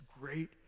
great